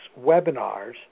webinars